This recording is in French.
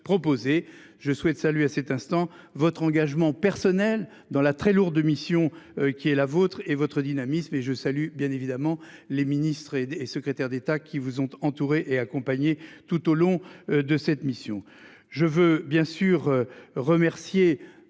je souhaite saluer à cet instant, votre engagement personnel dans la très lourde mission qui est la vôtre et votre dynamisme et je salue bien évidemment les ministres et des secrétaires d'État qui vous ont entouré et accompagnés tout au long de cette mission.